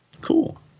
Cool